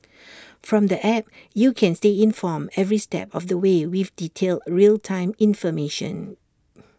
from the app you can stay informed every step of the way with detailed real time information